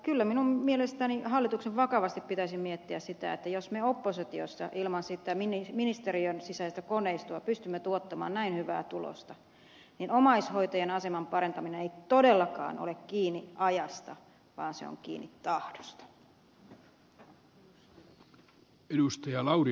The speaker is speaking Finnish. kyllä minun mielestäni hallituksen vakavasti pitäisi miettiä sitä että jos me oppositiossa ilman sitä ministeriön sisäistä koneistoa pystymme tuottamaan näin hyvää tulosta niin omaishoitajan aseman parantaminen ei todellakaan ole kiinni ajasta vaan se on kiinni tahdosta